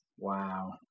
Wow